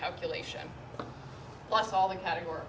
calculation plus all the categories